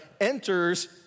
enters